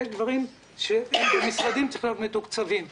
יש דברים שצריכים להיות מתוקצבים במשרדים.